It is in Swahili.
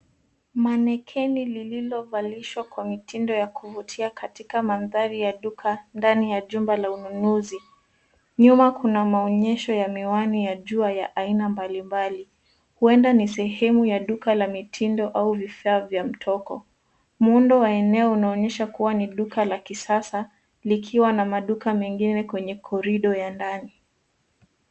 Manekeni lililovalishwa kwa mitindo ya kuvutia katika mandhari ya duka ndani ya jumba la ununuzi. Nyuma kuna maonyesho ya miwani ya jua ya aina mbalimbali huenda ni sehemu ya duka la mitindo au vifaa vya mtoko. Muundo wa eneo unaonyesha kuwa ni duka la kisasa likiwa na maduka mengine kwenye korido ya ndani.